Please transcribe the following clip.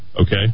okay